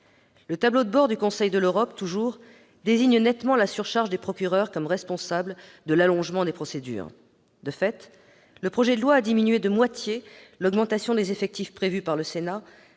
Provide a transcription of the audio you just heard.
Le tableau de bord du Conseil de l'Europe désigne nettement la surcharge des procureurs comme responsable de l'allongement des procédures. De fait, le projet de loi réduit de moitié l'augmentation des effectifs prévue par le Sénat.